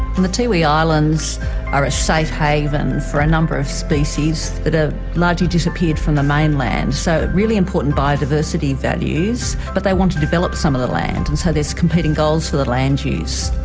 and the tiwi islands are safe haven for a number of species that have ah largely disappeared from the mainland, so really important biodiversity values, but they want to develop some of the land, and so there is competing goals for the land use.